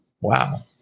Wow